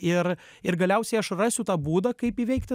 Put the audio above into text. ir ir galiausiai aš rasiu tą būdą kaip įveikti